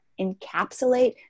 encapsulate